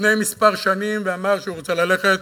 לפני כמה שנים ואמר שהוא רוצה ללכת